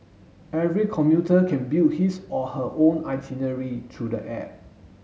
every commuter can build his or her own itinerary through the app